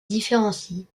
différencie